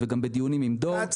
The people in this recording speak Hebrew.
וגם בדיונים עם דור --- אלון,